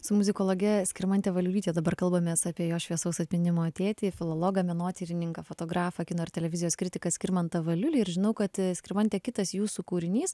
su muzikologe skirmante valiulyte dabar kalbamės apie jos šviesaus atminimo tėtį filologą menotyrininką fotografą kino ir televizijos kritiką skirmantą valiulį ir žinau kad skirmante kitas jūsų kūrinys